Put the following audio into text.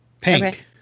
Pink